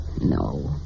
No